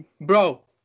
bro